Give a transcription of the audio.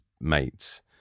mates